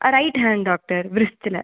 ah right hand doctor விரிஸ்ட்டில்